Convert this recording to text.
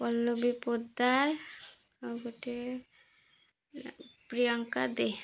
ପଲ୍ଲବୀ ପୋଦାର ଆଉ ଗୋଟେ ପ୍ରିୟଙ୍କା ଦେ